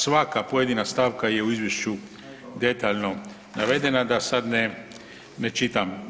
Svaka pojedina stavka je u izvješću detaljno navedena da sad ne, ne čitam